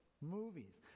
movies